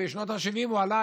בשנות השבעים הוא עלה.